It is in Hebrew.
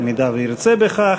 אם ירצה בכך,